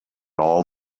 all